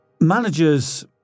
Managers